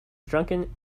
drunken